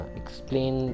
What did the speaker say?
explain